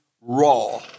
raw